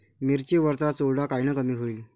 मिरची वरचा चुरडा कायनं कमी होईन?